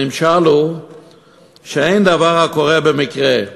הנמשל הוא שאין דבר הקורה במקרה,